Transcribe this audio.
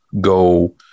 go